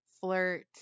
flirt